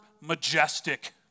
majestic